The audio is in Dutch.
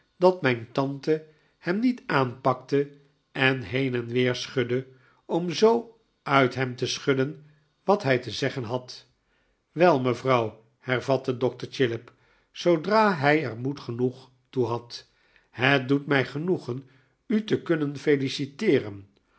dat mijn tante hem niet aanpakte en heen en weer schudde om zoo uit hem te schudden wat hij te zeggen had wel mevrouw hervatte dokter chillip zoodra hij er moed genoeg toe had het doet mij genoegen u te kunnen feliciteeren